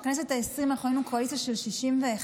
בכנסת העשרים אנחנו היינו קואליציה של 61,